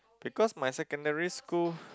because my secondary school